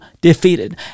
defeated